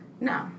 No